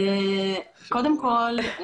קודם כל,